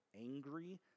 angry